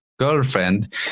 girlfriend